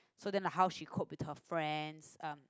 so then like how she cope with her friends um